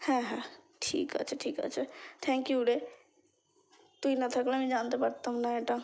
হ্যাঁ হ্যাঁ ঠিক আছে ঠিক আছে থ্যাংক ইউ রে তুই না থাকলে আমি জানতে পারতাম না এটা